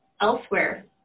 Elsewhere